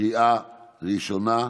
קריאה ראשונה,